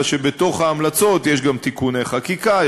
אלא שבתוך ההמלצות יש גם תיקוני חקיקה,